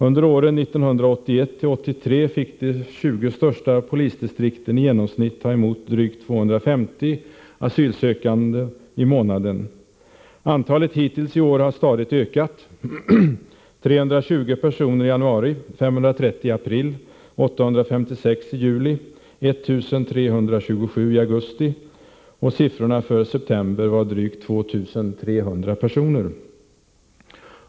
Under åren 1981-1983 fick de tjugo största polisdistrikten i genomsnitt ta emot drygt 250 asylsökande i månaden. Antalet hittills i år har stadigt ökat: 320 personer i januari, 530 i april, 856 i juli, 1 327 i augusti, och siffran för september var drygt 2 300.